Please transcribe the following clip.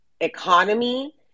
economy